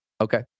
okay